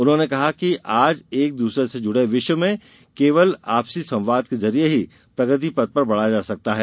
उन्होंने कहा है कि आज एक दूसरे से जुड़े विश्व में केवल आपसी संवाद के जरिये ही प्रगति पथ पर बढ़ा जा सकता है